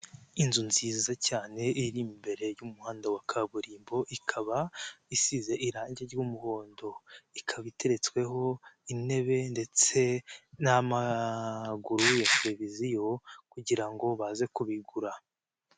Inzu nziza cyane iri imbere y'umuhanda wa kaburimbo ikaba isize irangi ry'umuhondo, ikaba iteretsweho intebe ndetse n'amaguru ya televiziyo kugira ngo baze kubigura.